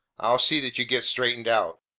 i'll see that you get straightened out.